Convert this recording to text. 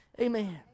Amen